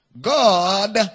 God